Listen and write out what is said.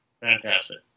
fantastic